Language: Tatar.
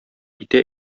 итә